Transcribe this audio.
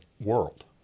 world